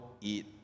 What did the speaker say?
eat